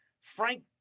Frank